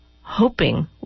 hoping